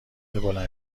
بلند